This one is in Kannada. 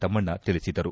ತಮ್ಮಣ್ಣ ತಿಳಿಸಿದರು